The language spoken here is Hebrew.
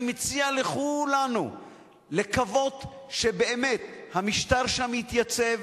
אני מציע לכולנו לקוות שבאמת המשטר שם יתייצב,